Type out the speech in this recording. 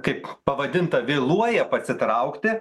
kaip pavadintą vėluoja pasitraukti